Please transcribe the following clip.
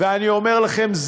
ואני אומר לכם,